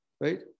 right